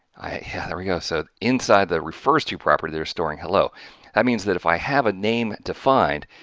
hey, there we go. so, inside the refers to property they're storing hello that means that if i have a name defined,